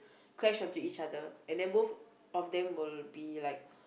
crash onto each other and then both of them will be like